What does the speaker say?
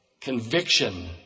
conviction